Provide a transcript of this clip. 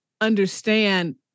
understand